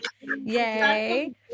Yay